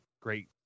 great